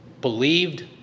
Believed